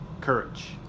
courage